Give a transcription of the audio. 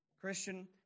Christian